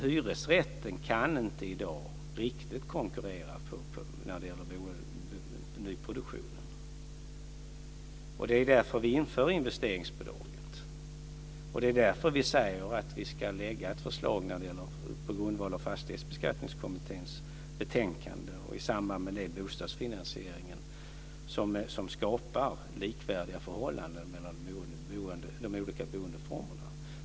Hyresrätten kan i dag inte riktigt konkurrera när det gäller boende i nyproduktionen. Det är därför som vi inför investeringsbidraget och som vi säger att vi ska lägga fram ett förslag på grundval av Fastighetsbeskattningskommitténs betänkande och i samband med det en bostadsfinansiering som skapar likvärdiga förhållanden mellan de olika boendeformerna.